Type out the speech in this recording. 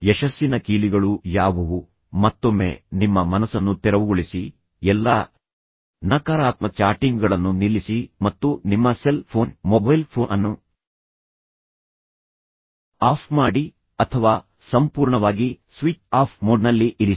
ಯಶಸ್ಸಿನ ಕೀಲಿಗಳು ಯಾವುವು ಮತ್ತೊಮ್ಮೆ ನಿಮ್ಮ ಮನಸ್ಸನ್ನು ತೆರವುಗೊಳಿಸಿ ಎಲ್ಲಾ ನಕಾರಾತ್ಮಕ ಚಾಟಿಂಗ್ಗಳನ್ನು ನಿಲ್ಲಿಸಿ ಮತ್ತು ನಿಮ್ಮ ಸೆಲ್ ಫೋನ್ ಮೊಬೈಲ್ ಫೋನ್ ಅನ್ನು ಆಫ್ ಮಾಡಿ ಅಥವಾ ಸಂಪೂರ್ಣವಾಗಿ ಸ್ವಿಚ್ ಆಫ್ ಮೋಡ್ನಲ್ಲಿ ಇರಿಸಿ